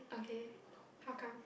okay how come